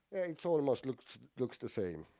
it's almost looks looks the same.